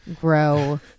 grow